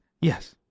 Yes